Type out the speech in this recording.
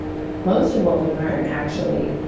most of what we learn actually,